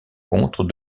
contre